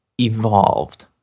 evolved